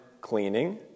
cleaning